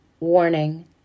Warning